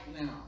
now